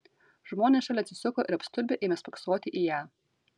žmonės šalia atsisuko ir apstulbę ėmė spoksoti į ją